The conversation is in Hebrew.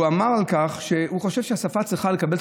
הוא אמר שהוא חושב שהשפה צריכה לקבל את